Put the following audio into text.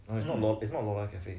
not it's not lola's cafe